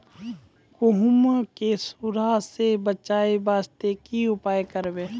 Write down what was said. गहूम के सुंडा से बचाई वास्ते की उपाय करबै?